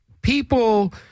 people